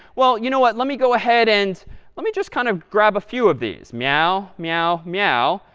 well, you know what? let me go ahead and let me just kind of grab a few of these. meow, meow, meow,